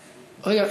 המזכירה,